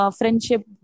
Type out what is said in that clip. friendship